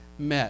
met